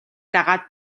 дагаад